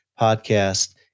podcast